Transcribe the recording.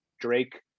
Drake